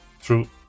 true